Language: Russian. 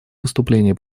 выступление